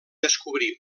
descobrir